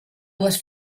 dues